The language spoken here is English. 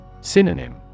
Synonym